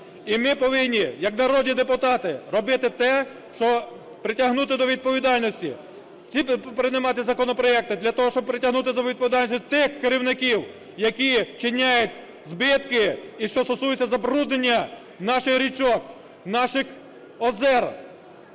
І ми повинні як народні депутати робити те, що... притягнути до відповідальності, приймати законопроекти для того, щоб притягнути до відповідальності тих керівників, які вчиняють збитки. І що стосується забруднення наших річок, наших озер